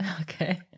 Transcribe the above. okay